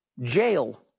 jail